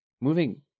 moving